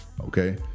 okay